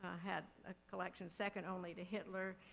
ah had a collection second only to hitler.